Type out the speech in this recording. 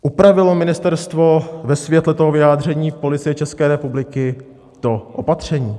Upravilo ministerstvo ve světle toho vyjádření Policie České republiky to opatření?